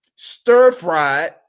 stir-fried